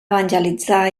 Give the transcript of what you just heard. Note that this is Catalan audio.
evangelitzar